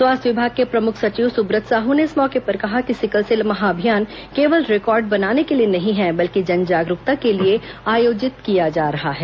स्वास्थ्य विभाग के प्रमुख सचिव सुब्रत साहू ने इस मौके पर कहा कि सिकलसेल महाभियान केवल रिकॉर्ड बनाने के लिए नहीं है बल्कि जनजागरूकता के लिए आयोजित किया जा रहा है